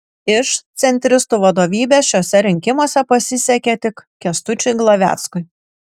iš centristų vadovybės šiuose rinkimuose pasisekė tik kęstučiui glaveckui